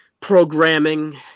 programming